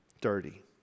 dirty